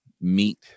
meet